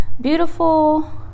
beautiful